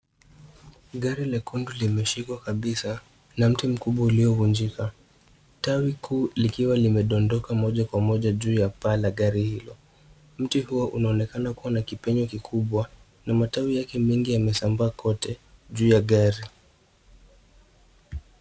Gari lekundu limeshikwa kabisa na mti mkubwa uliovunjika. Tawi kuu likiwa limedondoka moja kwa moja juu ya paa la gari hilo. Mti huo unaonekana kuwa na kipenyo kikubwa na matawi yake mingi yamesambaa kote juu ya gari.